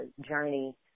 journey